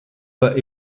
but